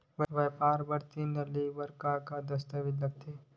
व्यापार बर ऋण ले बर का का दस्तावेज लगथे?